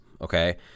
Okay